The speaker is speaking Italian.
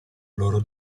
loro